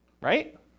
right